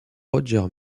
roger